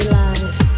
life